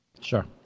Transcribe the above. Sure